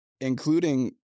including –